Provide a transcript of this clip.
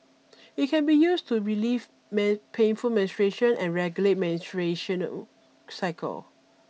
it can be used to relieve man painful menstruation and regulate menstruation cycle